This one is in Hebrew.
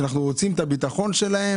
שאנחנו רוצים את הביטחון שלהם